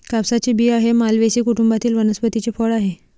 कापसाचे बिया हे मालवेसी कुटुंबातील वनस्पतीचे फळ आहे